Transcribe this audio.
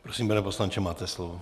Prosím, pane poslanče, máte slovo.